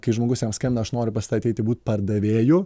kai žmogus jam skambina aš noriu pas tave ateiti būt pardavėju